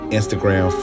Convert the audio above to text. Instagram